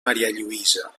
marialluïsa